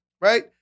right